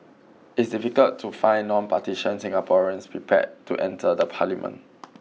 it is difficult to find non partitions Singaporeans prepared to enter the Parliament